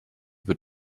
wird